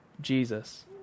Jesus